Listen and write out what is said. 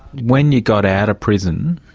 when you got out of prison,